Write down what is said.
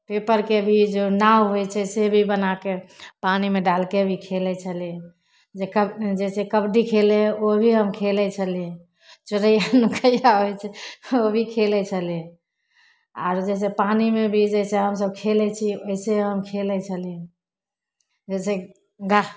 पेपरके भी जे नाव होइ छै से भी बनाके पानिमे डालिके भी खेलै छली जे कबडी खेलै हइ ओ भी हम खेलै छली चोरैआ नुकैआ होइ छै ओ भी खेलै छली आओर जे छै पानिमे भी जे छै हमसभ खेलै छै ओहिसे हम खेलै छली जइसे गाह